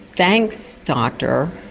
thanks doctor,